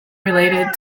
related